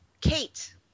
kate